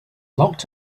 locked